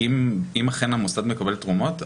אם אכן המוסד מקבל תרומות,